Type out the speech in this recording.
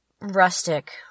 rustic